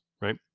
Right